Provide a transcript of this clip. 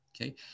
Okay